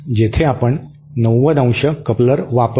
येथे आपण 90° कपलर वापरतो